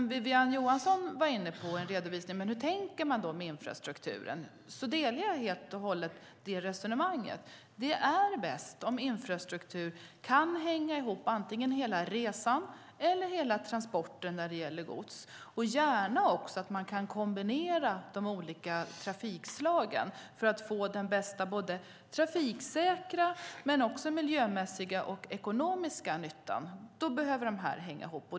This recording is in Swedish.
Wiwi-Anne Johansson var inne på hur man tänker kring infrastrukturen. Jag delar helt och hållet det resonemanget. Det är bäst om infrastrukturen kan hänga ihop antingen hela resan eller hela transporten om det gäller gods. Gärna också att man kan kombinera olika trafikslag för att den bästa trafiksäkra, miljömässiga och ekonomiska nyttan måste hänga ihop.